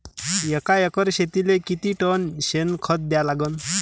एका एकर शेतीले किती टन शेन खत द्या लागन?